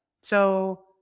So-